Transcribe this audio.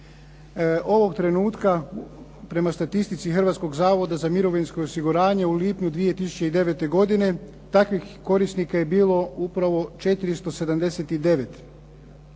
Ovog trenutka prema statistici Hrvatskog zavoda za mirovinsko osiguranje u lipnju 2009. godine takvih korisnika je bilo upravo 479